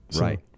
right